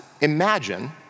imagine